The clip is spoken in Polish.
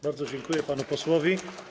Bardzo dziękuję panu posłowi.